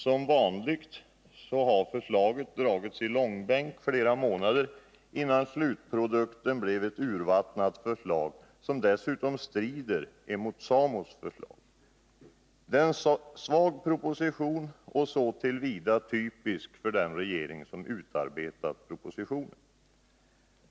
Som vanligt har förslaget dragits i ”långbänk” i flera månader. Slutprodukten blev ett urvattnat förslag, som dessutom strider mot SAMO:s förslag: Det är en svag proposition och så till vida typisk för den regering som utarbetat den.